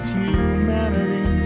humanity